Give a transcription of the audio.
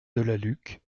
delalucque